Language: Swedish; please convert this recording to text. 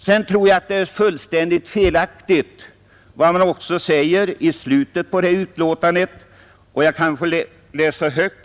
Vidare tror jag att vad som sägs, också i slutet på betänkandet, är fullständigt felaktigt. Jag skall läsa högt.